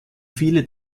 viele